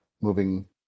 moving